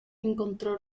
encontró